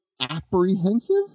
apprehensive